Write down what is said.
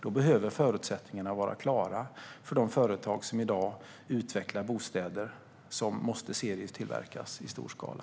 Då behöver förutsättningarna vara klara för de företag som i dag utvecklar bostäder som måste serietillverkas i stor skala.